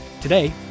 Today